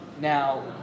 Now